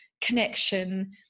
connection